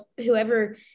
whoever